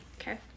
Okay